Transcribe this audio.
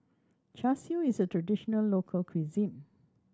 Char Siu is a traditional local cuisine